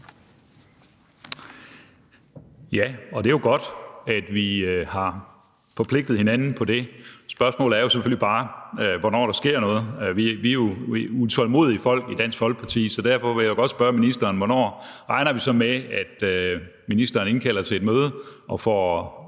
(DF): Det er jo godt, at vi har forpligtet hinanden på det. Spørgsmålet er jo selvfølgelig bare, hvornår der sker noget. Vi er utålmodige folk i Dansk Folkeparti, så derfor vil jeg godt spørge ministeren, hvornår vi så kan regne med, at ministeren indkalder til et møde og får